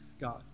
God